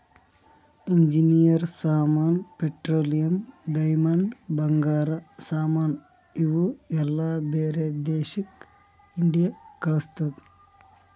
engineer ಸಾಮಾನ್, petroleum, diamond, ಬಂಗಾರ ಸಾಮಾನ್ ಇವು ಎಲ್ಲಾ ಬ್ಯಾರೆ ದೇಶಕ್ ಇಂಡಿಯಾ ಕಳುಸ್ತುದ್